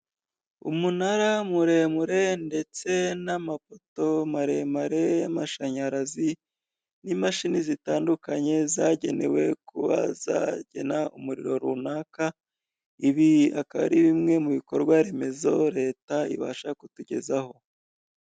Umunara muremure ndetse n'amapoto maremare y'amashanyarazi n'imashini zitandukanye zagenewe kuba zagena umuriro runaka, ibi akaba ari bimwe mubikorwa remezo Leta ibasha kutugezaho.